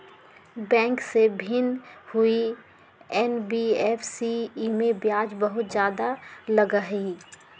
Bank से भिन्न हई एन.बी.एफ.सी इमे ब्याज बहुत ज्यादा लगहई?